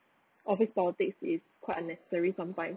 office politics is quite unnecessary sometimes